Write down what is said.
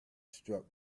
struck